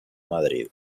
madrid